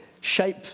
shape